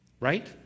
right